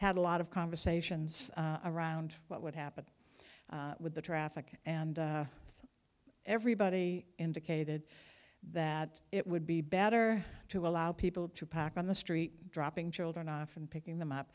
had a lot of conversations around what would happen with the traffic and everybody indicated that it would be better to allow people to pack on the street dropping children off and picking them up